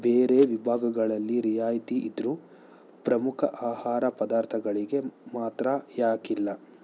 ಬೇರೆ ವಿಭಾಗಗಳಲ್ಲಿ ರಿಯಾಯಿತಿ ಇದ್ದರು ಪ್ರಮುಖ ಆಹಾರ ಪದಾರ್ಥಗಳಿಗೆ ಮಾತ್ರ ಯಾಕಿಲ್ಲ